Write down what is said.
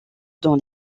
dans